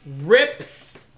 Rips